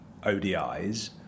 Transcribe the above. ODIs